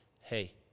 hey